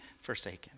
forsaken